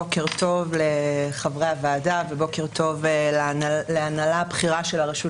בוקר טוב לחברי הוועדה ובוקר טוב להנהלה הבכירה של הרשות